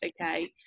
okay